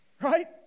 right